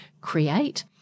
create